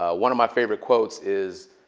ah one of my favorite quotes is,